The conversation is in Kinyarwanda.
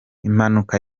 impanuka